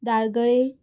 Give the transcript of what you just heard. धारगळी